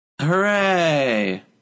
Hooray